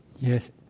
Yes